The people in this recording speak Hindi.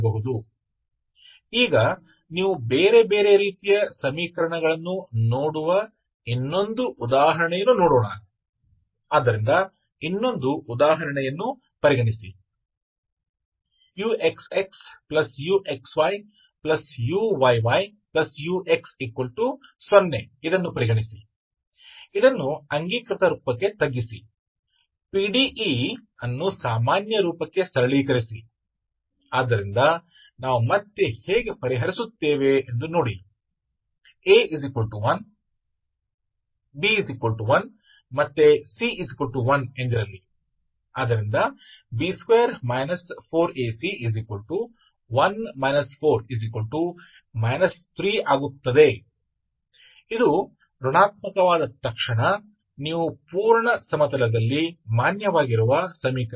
दूसरा उदाहरण देखेंगे अब जहां आप अन्य प्रकार के समीकरण को देखते हैं इसलिए एक और उदाहरण विचार करेंगे तो इस पर विचार करें इसलिए समीकरण uxxuxyuyyux0 कैनॉनिकल रूप में कम करें समीकरण को कम करें PDE को सामान्य रूप में कम करें तो हम फिर से कैसे हल करते हैं हम देखते हैं A B C A1 B1 औरC1 तो B2 4AC1 4 3 तो यह तुरंत नकारात्मक है आप कह सकते हैं कि समीकरण जो पूर्ण प्लेन में मान्य है वह अण्डाकार अण्डाकार समीकरण है